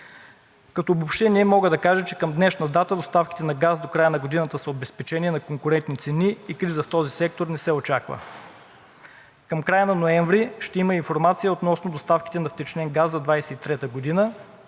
Като обобщение мога да кажа, че към днешна дата доставките на газ до края на годината са обезпечени на конкурентни цени и криза в този сектор не се очаква. Към края на ноември ще има и информация относно доставките на втечнен газ за 2023 г.,